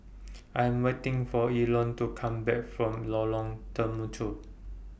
I Am waiting For Elon to Come Back from Lorong Temechut